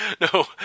No